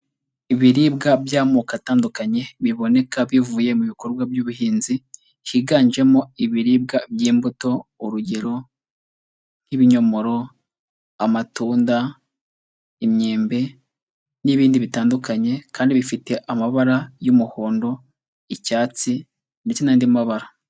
Ibiribwa by'amoko atandukanye biboneka bivuye mu bikorwa by'ubuhinzi higanjemo ibiribwa by'imbuto urugero nk'ibinyomoro, amatunda, imyembe n'ibindi bitandukanye kandi bifite amabara y'umuhondo, icyatsi ndetse n'andi mabara.